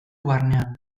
barnean